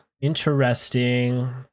Interesting